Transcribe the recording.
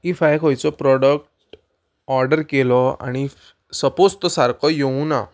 if हांवें खंयचो product order केलो आनी सपोज तो सारको येवू ना